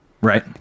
Right